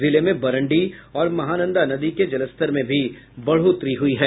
जिले में बरंडी और महानंदा नदी के जलस्तर में भी बढोतरी हुई है